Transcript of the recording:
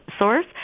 source